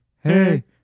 Hey